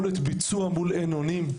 יכולת ביצוע מול אין-אונים,